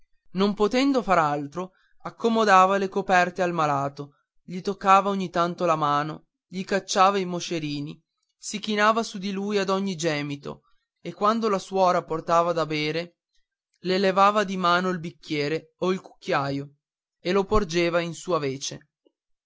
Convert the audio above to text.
non potendo far altro accomodava le coperte al malato gli toccava ogni tanto la mano gli cacciava i moscerini si chinava su di lui ad ogni gemito e quando la suora portava da bere le levava di mano il bicchiere o il cucchiaio e lo porgeva in sua vece